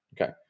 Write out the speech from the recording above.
Okay